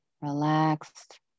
relaxed